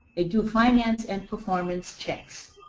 they do finance and performance checks.